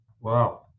Wow